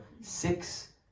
six